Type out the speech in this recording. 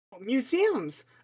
Museums